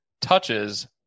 touches